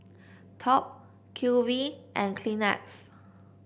Top Q V and Kleenex